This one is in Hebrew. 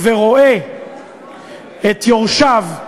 ורואה את יורשיו,